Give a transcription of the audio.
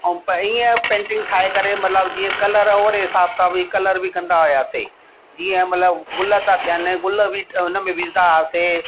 ऐं ईअं पेंटिंग ठाहे करे मतिलबु जीअं कलर ओड़े हिसाब सां कलर बि कंदा हुयासीं जीअं मतिलबु गुल था थियनि गुल बि उन में विझंदा हुआसीं